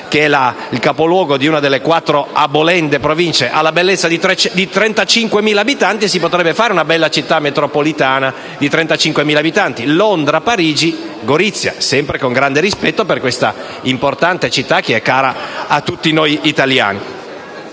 che è capoluogo di una delle quattro "abolende" Province, ha la bellezza di 35.000 abitanti; si potrebbe fare una bella Città metropolitana di 35.000 abitanti: Londra, Parigi e Gorizia (lo dico sempre con grande rispetto per questa importante città che è cara a tutti noi italiani).